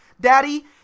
Daddy